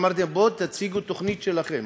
ואמרתי להם: בואו ותציגו תוכנית שלכם,